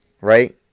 right